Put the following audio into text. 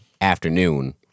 afternoon